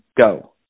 go